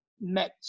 met